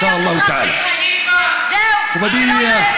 לקראת שובו של חודש זה בשנה הבאה,